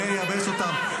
נייבש אותם.